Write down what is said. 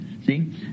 See